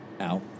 out